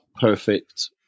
perfect